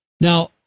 Now